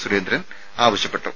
സുരേന്ദ്രൻ ആവശ്യപ്പെട്ടു